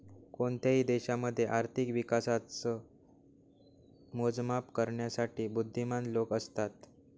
कोणत्याही देशामध्ये आर्थिक विकासाच मोजमाप करण्यासाठी बुध्दीमान लोक असतात